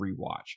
rewatch